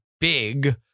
big